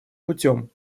путем